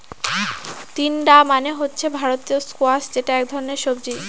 তিনডা মানে হচ্ছে ভারতীয় স্কোয়াশ যেটা এক ধরনের সবজি